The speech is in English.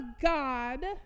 God